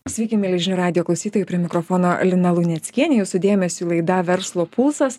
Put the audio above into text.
sveiki mieli žinių radijo klausytojai prie mikrofono lina luneckienė jūsų dėmesiui laida verslo pulsas